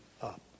up